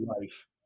life